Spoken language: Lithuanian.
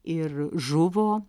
ir žuvo